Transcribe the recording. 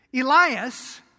Elias